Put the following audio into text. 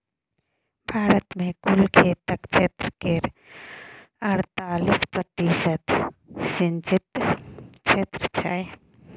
भारत मे कुल खेतक क्षेत्र केर अड़तालीस प्रतिशत सिंचित क्षेत्र छै